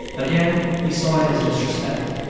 again, he saw it as disrespect.